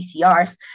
PCRs